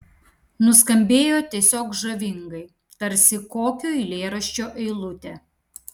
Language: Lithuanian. nuskambėjo tiesiog žavingai tarsi kokio eilėraščio eilutė